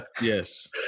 Yes